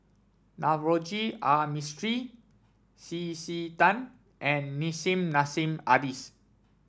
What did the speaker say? Navroji R Mistri C C Tan and Nissim Nassim Adis